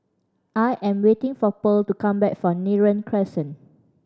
I am waiting for Pearl to come back from Neram Crescent